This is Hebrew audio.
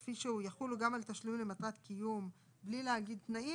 כפי שהוא יחול גם על התשלומים למטרת קיום בלי להגיד תנאים,